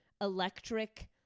electric